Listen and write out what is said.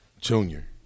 Junior